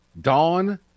dawn